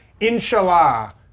Inshallah